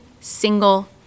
single